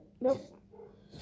Nope